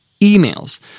emails